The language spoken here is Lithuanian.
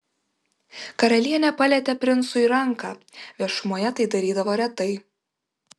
karalienė palietė princui ranką viešumoje tai darydavo retai